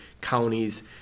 counties